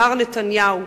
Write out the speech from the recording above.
מר נתניהו,